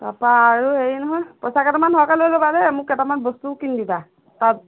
তৰপা আৰু হেৰি নহয় পইচা কেইটামান সৰহকৈ লৈ ল'বা দেই মোক কেইটামান বস্তুও কিনি দিবা তাত